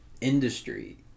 industry